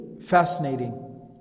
fascinating